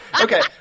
Okay